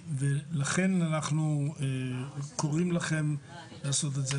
לכן, אנחנו קוראים לכם לעשות את זה.